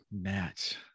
Matt